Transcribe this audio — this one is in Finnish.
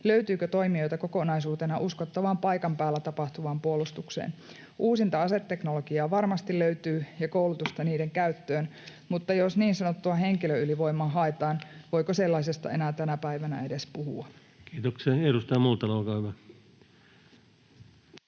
löytyykö toimijoita kokonaisuutena uskottavaan paikan päällä tapahtuvaan puolustukseen. Uusinta aseteknologiaa varmasti löytyy ja koulutusta sen käyttöön, mutta jos niin sanottua henkilöylivoimaa haetaan, voiko sellaisesta enää tänä päivänä edes puhua? Kiitoksia. — Edustaja Multala, olkaa hyvä.